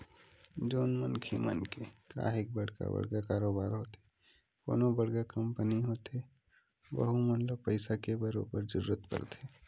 जउन मनखे मन के काहेक बड़का बड़का कारोबार होथे कोनो बड़का कंपनी होथे वहूँ मन ल पइसा के बरोबर जरूरत परथे